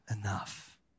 enough